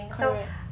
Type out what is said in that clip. correct